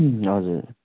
अँ हजुर